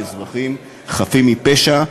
באזרחים חפים מפשע,